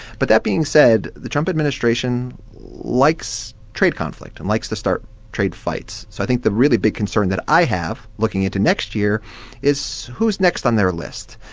but that being said, the trump administration likes trade conflict and likes to start trade fights so i think the really big concern that i have looking into next year is, who's next on their list?